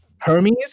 hermes